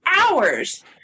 hours